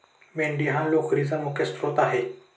मेंढी हा लोकरीचा मुख्य स्त्रोत आहे